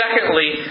secondly